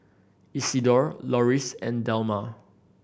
Isidore Loris and Delmar